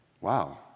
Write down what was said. Wow